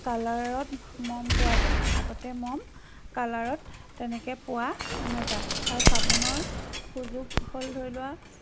কালাৰত মম পোৱা যায় আগতে মম কালাৰত তেনেকৈ পোৱা নাযায় হয় চাবোনৰ সুযোগ হ'ল ধৰিলোৱা